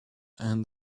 and